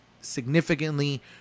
significantly